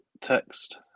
text